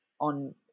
on